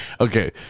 Okay